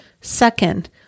Second